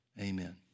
Amen